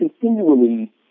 continually